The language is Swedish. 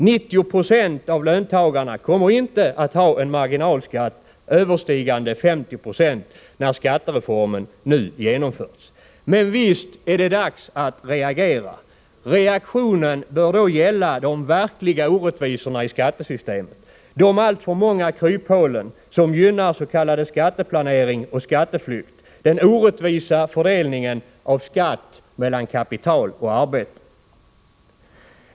90 96 av löntagarna kommer inte att ha en marginalskatt överstigande 50 96, när skattereformen nu genomförts. Men visst är det dags att reagera. Reaktionen bör då gälla de verkliga orättvisorna i skattesystemet, de alltför många kryphål som gynnar s.k. skatteplanering och skatteflykt och den orättvisa fördelningen av skatt mellan kapital och arbete.